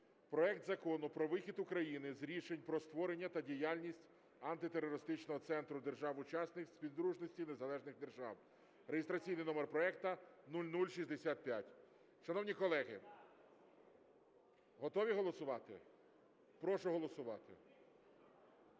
проект Закону про вихід України з Рішень про створення та діяльність Антитерористичного центру держав - учасниць Співдружності Незалежних Держав (реєстраційний номер проекту 0065). Шановні колеги, готові голосувати? Прошу голосувати.